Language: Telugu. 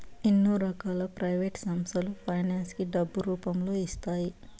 ఎన్నో రకాల ప్రైవేట్ సంస్థలు ఫైనాన్స్ ని డబ్బు రూపంలో ఇస్తాయి